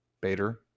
Bader